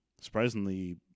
Surprisingly